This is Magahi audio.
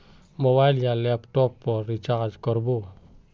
मोबाईल या लैपटॉप पेर रिचार्ज कर बो?